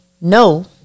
no